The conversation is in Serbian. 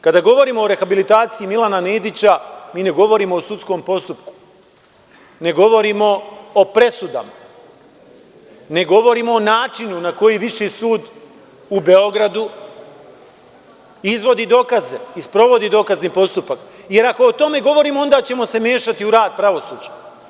Kada govorimo o rehabilitaciji Milana Nedića, mi ne govorimo o sudskom postupku, ne govorimo o presudama, ne govorimo o načinu na koji Viši sud u Beogradu izvodi dokaze i sprovodi dokazni postupak, jer ako o tome govorimo onda ćemo se mešati u rad pravosuđa.